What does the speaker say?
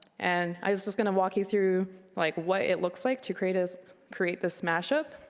and i was just going to walk you through like what it looks like to create ah create this mashup.